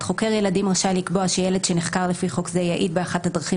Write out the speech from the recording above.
חוקר ילדים רשאי לקבוע שילד שנחקר לפי חוק זה יעיד באחת הדרכים